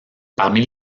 parmi